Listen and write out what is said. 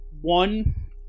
one